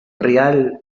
real